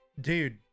dude